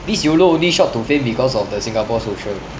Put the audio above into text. means yeolo only shot to fame because of the singapore social